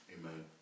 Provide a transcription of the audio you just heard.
Amen